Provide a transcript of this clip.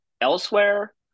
elsewhere